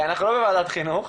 אנחנו לא בוועדת חינוך,